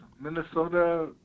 Minnesota